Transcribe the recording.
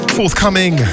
forthcoming